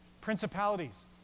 Principalities